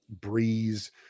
Breeze